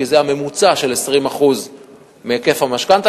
כי זה הממוצע של 20% מהיקף המשכנתה,